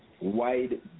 wide